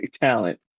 talent